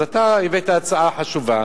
אז אתה הבאת הצעה חשובה,